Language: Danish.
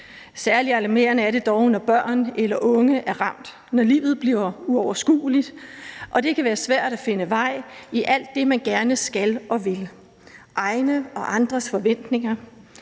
Særlig alarmerende er det dog, når børn eller unge er ramt – når livet bliver uoverskueligt og det kan være svært at finde vej i alt det, man gerne skal og vil, ens egne og andres forventninger,